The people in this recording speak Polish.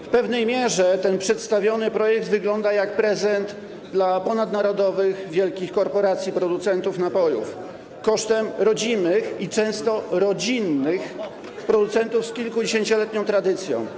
W pewnej mierze ten przedstawiony projekt wygląda jak prezent dla ponadnarodowych wielkich korporacji producentów napojów kosztem rodzimych i często rodzinnych producentów z kilkudziesięcioletnią tradycją.